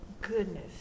goodness